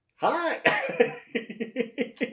Hi